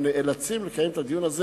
ונאלצנו לקיים את הדיון הזה